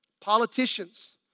politicians